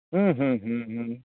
ᱦᱩᱸ ᱦᱩᱸ ᱦᱩᱸ ᱦᱩᱸ ᱦᱩᱸ